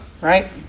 right